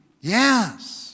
yes